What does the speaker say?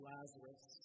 Lazarus